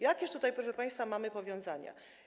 Jakież tutaj, proszę państwa, mamy powiązania?